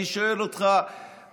אני שואל אותך,